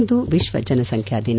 ಇಂದು ವಿಶ್ವ ಜನಸಂಖ್ಯಾ ದಿನ